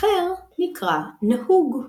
והאחר נקרא "נהוג".